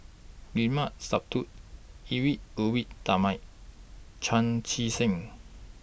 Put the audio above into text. Limat Sabtu Edwy Lyonet Talma Chan Chee Seng